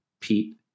Pete